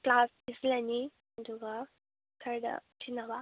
ꯀ꯭ꯂꯥꯁꯇ ꯏꯁꯤꯟꯂꯅꯤ ꯑꯗꯨꯒ ꯁꯔꯗ ꯁꯤꯟꯅꯕ